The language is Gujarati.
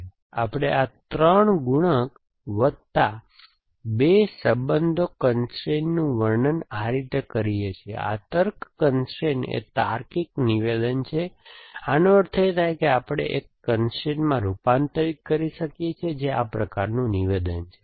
તેથી આપણે આ 3 ગુણક વત્તા 2 સંબોધન કન્સ્ટ્રેઇનનું વર્ણન આ રીતે કરીએ છીએ આ તર્ક કન્સ્ટ્રેઇન એ તાર્કિક નિવેદન છે આનો અર્થ એ થાય છે કે આપણે એક કન્સ્ટ્રેઇનમાં રૂપાંતરિત કરી શકીએ છીએ જે આ પ્રકારનું નિવેદન છે